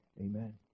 Amen